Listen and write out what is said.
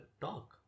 talk